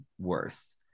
worth